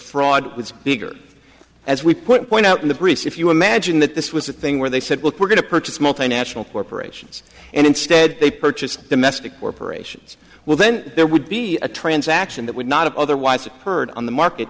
fraud was bigger as we put point out in the briefs if you imagine that this was a thing where they said look we're going to purchase multinational corporations and instead they purchased domestic corporations well then there would be a transaction that would not otherwise occurred on the market